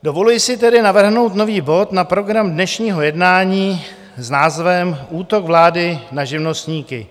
Dovoluji si tedy navrhnout nový bod na program dnešního jednání s názvem Útok vlády na živnostníky.